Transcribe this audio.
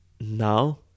Now